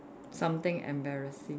something embarrassing